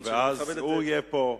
ואז הוא יהיה פה,